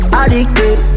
addicted